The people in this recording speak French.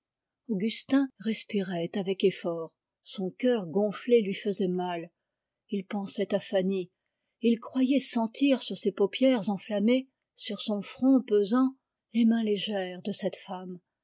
augustin respirait avec effort son cœur gonflé lui faisait mal il pensait à fanny et il croyait sentir sur ses paupières enflammées sur son front pesant les mains légères de cette femme